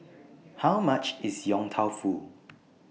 How much IS Yong Tau Foo